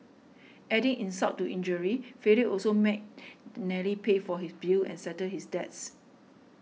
adding insult to injury Philip also made Nellie pay for his bills and settle his debts